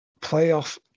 playoff